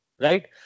Right